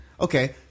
Okay